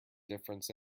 difference